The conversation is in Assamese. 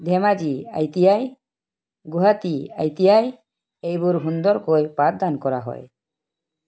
Dhemaji I T I Guwahati I T I এইবোৰ সুন্দৰকৈ পাঠদান কৰা হয়